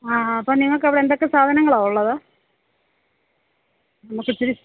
ആ ആ അപ്പം നിങ്ങൾക്ക് അവിടെ എന്തൊക്കെ സാധനങ്ങളാണ് ഉള്ളത് നമുക്കിത്തിരി